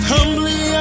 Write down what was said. Humbly